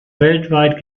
weltweit